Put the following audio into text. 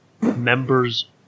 members